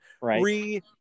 Right